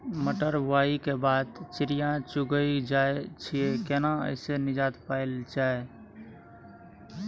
मटर बुआई के बाद चिड़िया चुइग जाय छियै केना ऐसे निजात पायल जाय?